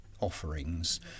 offerings